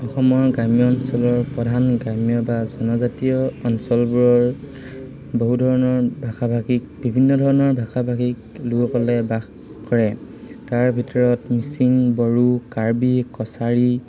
অসমৰ গ্ৰাম্য অঞ্চলৰ প্ৰধান গ্ৰাম্য বা জনজাতীয় অঞ্চলবোৰৰ বহু ধৰণৰ ভাষা ভাষিক বিভিন্ন ধৰণৰ ভাষা ভাষিক লোকসকলে বাস কৰে তাৰ ভিতৰত মিচিং বড়ো কাৰ্বি কছাৰী